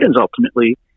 ultimately